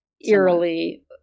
eerily